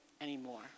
anymore